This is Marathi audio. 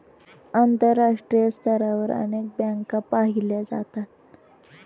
आंतरराष्ट्रीय स्तरावर अनेक बँका पाहिल्या जातात